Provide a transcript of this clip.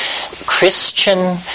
Christian